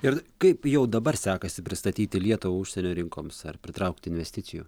ir kaip jau dabar sekasi pristatyti lietuvą užsienio rinkoms ar pritraukti investicijų